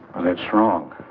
and that's wrong.